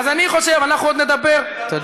אנחנו עוד נדבר, תודה.